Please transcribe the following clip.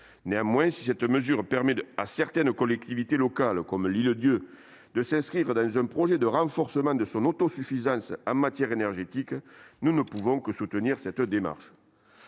Néanmoins, si cette mesure permet à certaines collectivités locales, comme L'Île-d'Yeu, de s'inscrire dans un projet de renforcement de leur autosuffisance en matière énergétique, nous ne pouvons que soutenir cette démarche.